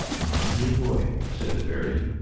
my dear boy, said the fairy,